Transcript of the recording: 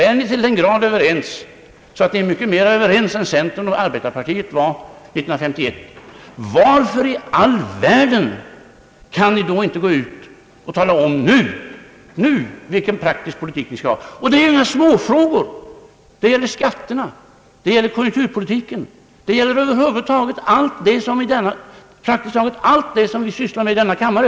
Är ni till den grad överens att ni är mycket mera överens än centern och arbetarpartiet var 1951 så frågar jag er: Varför i all världen kan ni inte gå ut och tala om nu vilken praktisk politik ni skall ha? Det är inte några småfrågor. Det gäller skatterna, konjunkturpolitiken, praktiskt taget allt det som vi sysslar med i denna kammare.